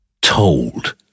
Told